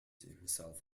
himself